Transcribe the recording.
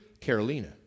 Carolina